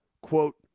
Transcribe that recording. quote